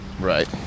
right